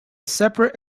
separate